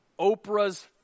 Oprah's